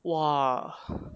!wah!